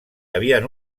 havien